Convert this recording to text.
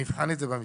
נבחן את זה במשרד.